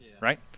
Right